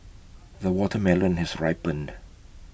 the watermelon has ripened